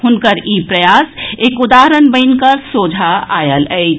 हुनकर ई प्रयास एक उदाहरण बनि कऽ सोझा आयल अछि